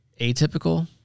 atypical